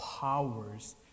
powers